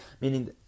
Meaning